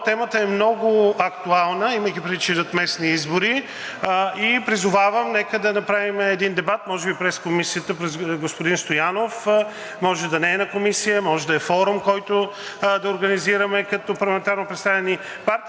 темата е много актуална, имайки предвид че идват местни избори. Призовавам, нека да направим един дебат, може би през Комисията, господин Стоянов, може да не е на Комисия, може да е форум, който да организираме като парламентарно представени партии,